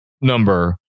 number